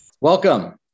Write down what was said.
Welcome